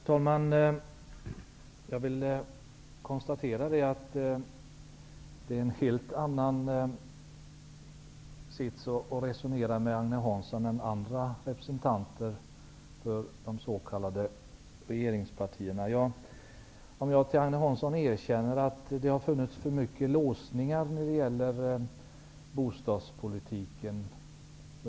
Herr talman! Jag konstaterar att det är en helt annan sak att resonera med Agne Hansson än med andra representanter för de s.k. regeringspartierna. Jag kan erkänna att det under tidigare år har funnits för mycket låsningar när det gäller bostadspolitiken.